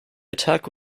attack